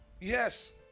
Yes